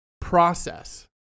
process